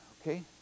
okay